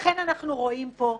לכן אנחנו רואים פה,